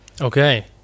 Okay